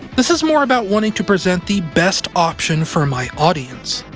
this is more about wanting to present the best option for my audience.